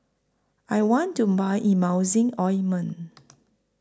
I want to Buy Emulsying Ointment